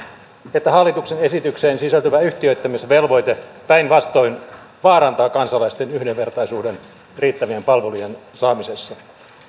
että hallituksen esitykseen sisältyvä yhtiöittämisvelvoite päinvastoin vaarantaa kansalaisten yhdenvertaisuuden riittävien palvelujen saamisessa